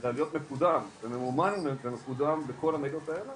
אלא להיות מקודם וממומן בכל המדיות האלה